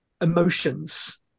emotions